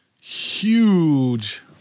huge